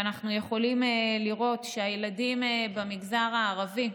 ואנחנו יכולים לראות שהילדים במגזר הערבי,